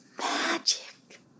magic